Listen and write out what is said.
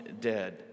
dead